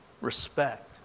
respect